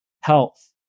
health